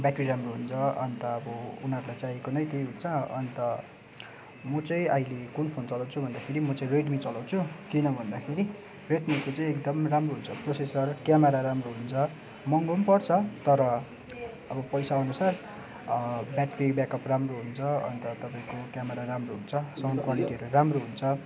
battery राम्रो हुन्छ अन्त अब उनीहरूलाई चाहिएको नै त्यही हुन्छ अन्त म चाहिँ अहिले कुन फोन चलाउँछु भन्दाखेरि म चाहिँ रेडमी चलाउँछु किन भन्दाखेरि रेडमीको चाहिँ एकदम राम्रो हुन्छ प्रोसेसर क्यामरा राम्रो हुन्छ महँगो पनि पर्छ तर अब पैसाअनुसार ब्याट्री ब्याकअप राम्रो हुन्छ अन्त तपाईँको क्यामरा राम्रो हुन्छ साउन्ड क्वालिटीहरू राम्रो हुन्छ